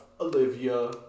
Olivia